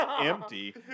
empty